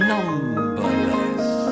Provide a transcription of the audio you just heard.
Numberless